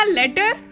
letter